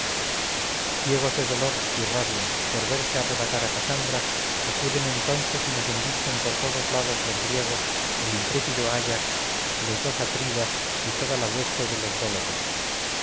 ciegos de dolor y rabia por verse arrebatar a casandra acuden entonces y nos embisten por todos lados los griegos el intrépido áyax los dos atridas y toda la hueste de